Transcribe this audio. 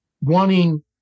wanting